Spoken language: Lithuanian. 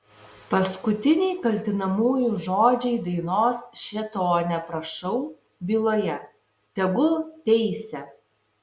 paskutiniai kaltinamųjų žodžiai dainos šėtone prašau byloje tegul teisia